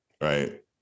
Right